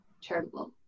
charitable